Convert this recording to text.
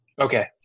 Okay